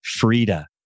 Frida